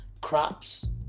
crops